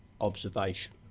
observation